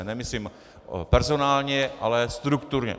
Nemyslím personálně, ale strukturně.